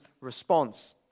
response